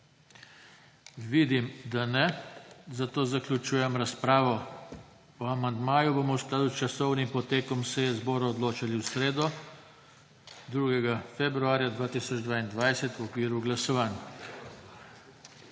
Vidim, da ne, zato zaključujem razpravo. O amandmaju bomo v skladu s časovnim potekom seje zbora odločali v sredo, 2. februarja 2022, v okviru glasovanj.